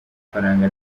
ifaranga